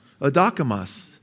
Adakamas